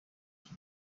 iki